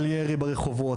על ירי ברחובות,